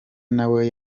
nawe